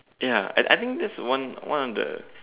ya I I think that's one one of the